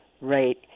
Right